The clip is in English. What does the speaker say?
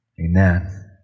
amen